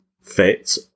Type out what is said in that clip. fit